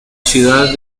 ciudad